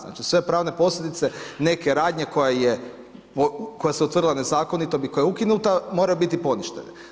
Znači, sve pravne posljedice neke radnje koja se utvrdila nezakonitom i koja je ukinuta moraju biti poništene.